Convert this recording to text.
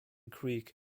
creek